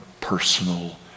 personal